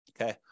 Okay